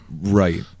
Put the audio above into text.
Right